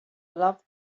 love